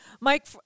Mike